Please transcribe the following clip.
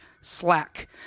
Slack